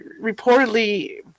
reportedly